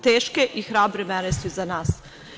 Teške i hrabre mere su iza nas.